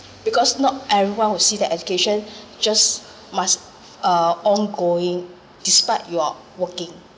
because not everyone will see that education just must uh ongoing despite your